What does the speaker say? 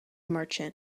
merchant